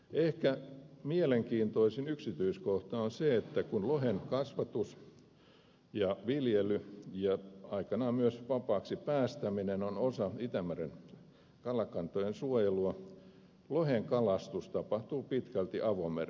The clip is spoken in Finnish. ehkä mielenkiintoisin yksityiskohta on se että kun lohen kasvatus ja viljely ja aikanaan myös vapaaksi päästäminen on osa itämeren kalakantojen suojelua lohen kalastus tapahtuu pitkälti avomerellä